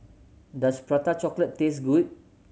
does Prata Chocolate taste good